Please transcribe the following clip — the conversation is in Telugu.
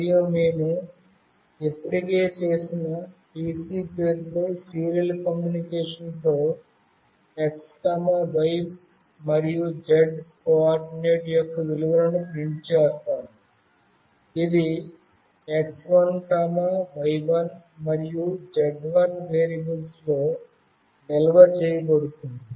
మరియు మేము ఇప్పటికే చేసిన "పిసి""pc" పేరుతో సీరియల్ కమ్యూనికేషన్తో x y మరియు z కోఆర్డినేట్ యొక్క విలువలను ప్రింట్ చేస్తాము ఇది x1 y1 మరియు z1 వేరియబుల్స్లో నిల్వ చేయబడుతుంది